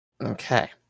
Okay